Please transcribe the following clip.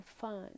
fun